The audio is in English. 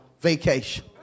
vacation